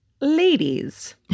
ladies